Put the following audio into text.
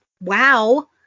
wow